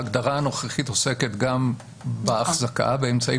ההגדרה הנוכחית עוסקת גם בהחזקה באמצעי